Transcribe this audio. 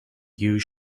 use